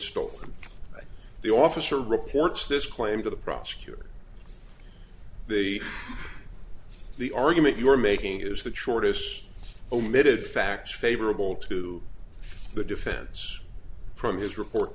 stolen the officer reports this claim to the prosecutor the the argument you are making is that shortness omitted facts favorable to the defense from his report